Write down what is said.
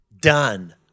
Done